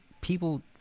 people